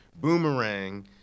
Boomerang